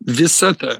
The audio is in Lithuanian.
visa ta